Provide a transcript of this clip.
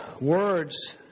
words